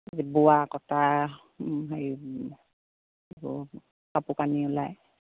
বোৱা কটা হেৰি কাপোৰ কানি ওলায়